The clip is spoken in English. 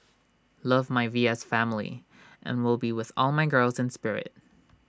love my V S family and will be with all my girls in spirit